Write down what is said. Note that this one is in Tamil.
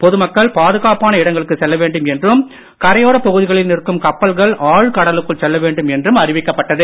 பொதுமக்கள் பாதுகாப்பான இடங்களுக்கு செல்ல வேண்டும் என்றும் கரையோர பகுதிகளில் நிற்கும் கப்பல்கள் ஆழ்கடலுக்குள் செல்ல வேண்டும் என்றும் அறிவிக்கப்பட்டது